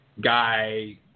guy